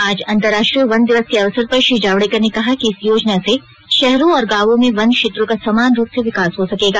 आज अंतर्राष्ट्रीय वन दिवस के अवसर पर श्री जावड़ेकर ने कहा कि इस योजना से शहरों और गांवों में वन क्षेत्रों का समान रूप से विकास हो सकेगा